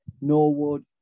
Norwood